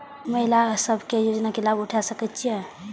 महिला सब भी योजना के लाभ उठा सके छिईय?